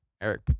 Eric